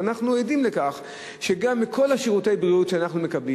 ואנחנו עדים לכך שבכל שירותי הבריאות שאנחנו מקבלים